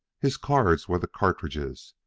his cards were the cartridges,